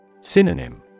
Synonym